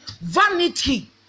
Vanity